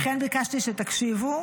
לכן ביקשתי שתקשיבו.